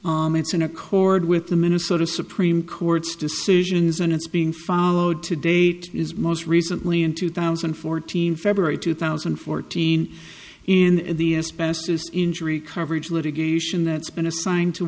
clear it's in accord with the minnesota supreme court's decisions and it's being followed to date is most recently in two thousand and fourteen february two thousand and fourteen in the specialist injury coverage litigation that's been assigned to